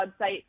website